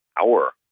hour